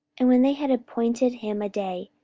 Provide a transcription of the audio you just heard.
and when they had appointed him a day,